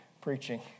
preaching